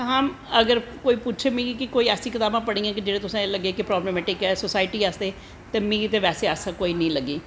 तां कोई पुच्छै कोई की कोई ऐसियां कताबां पढ़ियां जेह्ड़ियां तुसेंगी लग्गै कि प्रवलमैटिक नै सोसाईटी बास्तै ते मिगी ते बैसे ऐसी कोई नी लग्गी